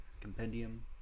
compendium